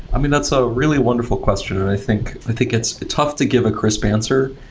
i mean, that so really wonderful question. and i think i think it's tough to give a crisp answer.